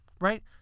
right